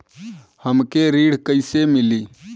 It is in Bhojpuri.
हमके ऋण कईसे मिली?